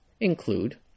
include